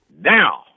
Now